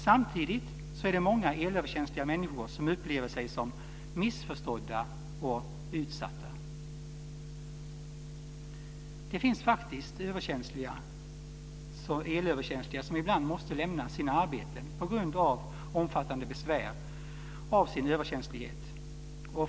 Samtidigt upplever många elöverkänsliga människor sig missförstådda och utsatta. Det finns faktiskt elöverkänsliga personer som ibland måste lämna sina arbeten på grund av omfattande besvär till följd av sin överkänslighet.